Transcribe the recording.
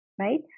right